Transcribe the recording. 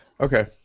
Okay